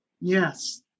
Yes